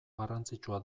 garrantzitsua